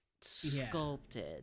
sculpted